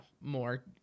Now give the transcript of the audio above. more